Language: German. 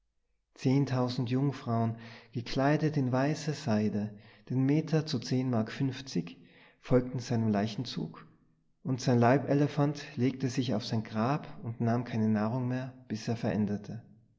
zehntausend jungfrauen gekleidet in weiße seide den meter zu zehn mark fünfzig folgten seinem leichenzug und sein leibelefant legte sich auf sein grab und nahm keine nahrung mehr bis er verendete